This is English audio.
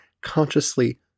consciously